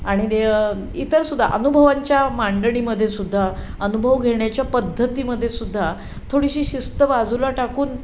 आणि दे इतर सुद्धा अनुभवांच्या मांडणीमध्ये सुद्धा अनुभव घेण्याच्या पद्धतीमध्ये सुद्धा थोडीशी शिस्त बाजूला टाकून